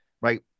right